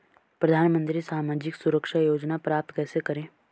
प्रधानमंत्री सामाजिक सुरक्षा योजना प्राप्त कैसे करें?